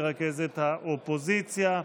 מרכזת האופוזיציה.